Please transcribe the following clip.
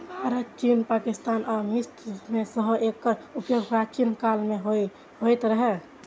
भारत, चीन, पाकिस्तान आ मिस्र मे सेहो एकर उपयोग प्राचीन काल मे होइत रहै